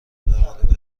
بمانید